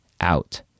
out